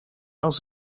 els